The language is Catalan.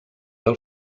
del